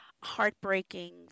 heartbreaking